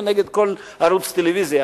ונגד כל ערוץ טלוויזיה,